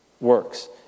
works